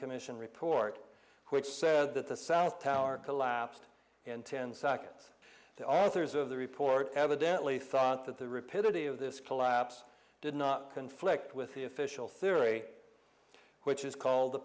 commission report which said that the south tower collapsed in ten seconds the authors of the report evidently thought that the repetitive of this collapse did not conflict with the official theory which is called the